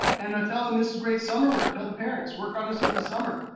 and tell them, this is great summer work, tell the parents. work on this over the summer,